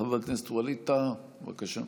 חבר הכנסת ווליד טאהא, בבקשה.